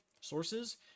sources